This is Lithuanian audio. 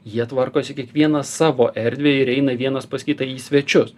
jie tvarkosi kiekvienas savo erdvę ir eina vienas pas kitą į svečius